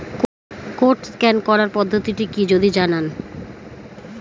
Code scan করার পদ্ধতিটি কি যদি জানান?